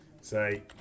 say